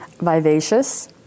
Vivacious